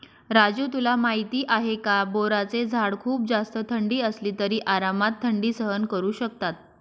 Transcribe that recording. राजू तुला माहिती आहे का? बोराचे झाड खूप जास्त थंडी असली तरी आरामात थंडी सहन करू शकतात